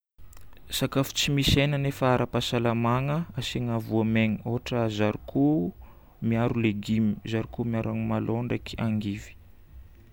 Sakafo tsy misy hena nefa ara-pahasalamagna: asiagna voamaigny. Ohatra zarikô miharo légume, zarikô miharo agnamalô ndraiky angivy.